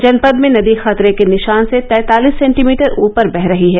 जनपद में नदी खतरे के निशान से तैंतालीस सेंटीमीटर ऊपर बह रही है